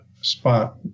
spot